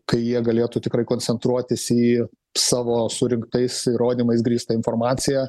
kai jie galėtų tikrai koncentruotis į savo surinktais įrodymais grįstą informaciją